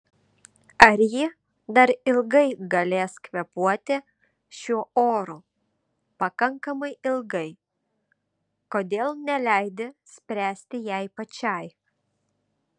ar ji dar ilgai galės kvėpuoti šiuo oru pakankamai ilgai kodėl neleidi spręsti jai pačiai